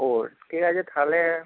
ও ঠিক আছে তাহলে